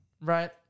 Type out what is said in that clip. right